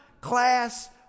class